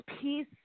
peace